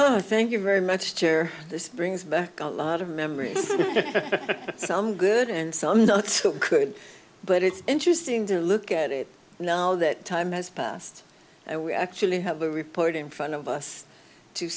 oh thank you very much chair this brings back a lot of memories some good and some not so could but it's interesting to look at it now that time has passed and we actually have a report in front of us to